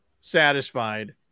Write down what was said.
satisfied